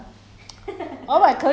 so now it's like that